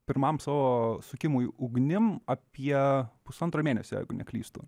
pirmam savo sukimui ugnim apie pusantro mėnesio jeigu neklystu